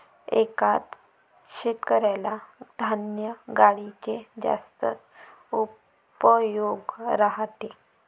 एका शेतकऱ्याला धान्य गाडीचे जास्तच उपयोग राहते